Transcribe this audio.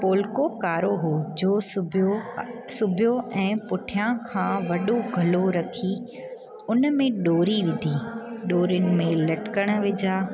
पोलको कारो हुओ जो सुबियो ऐं पुठियां खां वॾो गलो रखी उन में डोरी विधी डोरियुनि में लटकण विझां